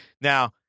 Now